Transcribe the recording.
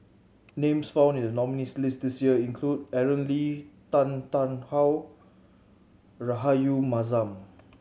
names found in the nominees' list this year include Aaron Lee Tan Tarn How Rahayu Mahzam